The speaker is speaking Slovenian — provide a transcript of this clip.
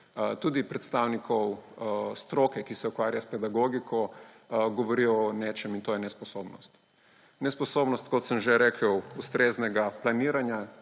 tudi predstavnikov stroke, ki se ukvarja s pedagogiko, govorijo o nečem, in to je nesposobnost. Nesposobnost, kot sem že rekel, ustreznega planiranja,